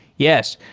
yes.